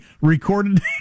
Recorded